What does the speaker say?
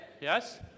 yes